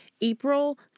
April